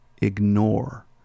Ignore